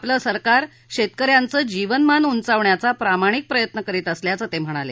आपलं सरकार शेतक याचं जीवनमान उंचावण्याचा प्रामाणिक प्रयत्न करीत असल्याचं ते म्हणाले